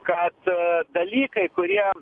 kad dalykai kurie